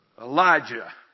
Elijah